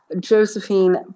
Josephine